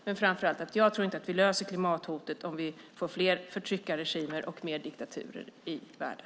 Men jag tror inte att vi löser klimathotet om vi får fler förtryckarregimer och diktaturer i världen.